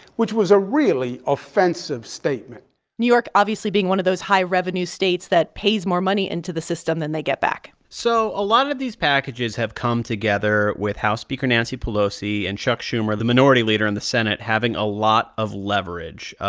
which was a really offensive statement new york, obviously, being one of those high-revenue states that pays more money into the system than they get back so a lot of these packages have come together with house speaker nancy pelosi and chuck schumer, the minority leader in the senate, having a lot of leverage.